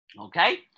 Okay